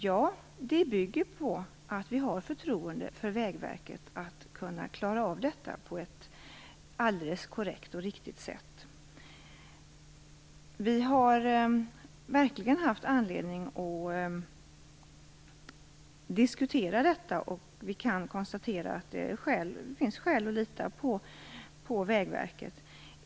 Ja, det bygger på att vi har förtroende för Vägverket för att man skall klara av detta på ett alldeles korrekt och riktigt sätt. Vi har verkligen haft anledning att diskutera det här, och vi kan konstatera att det finns skäl att lita på Vägverket.